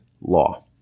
law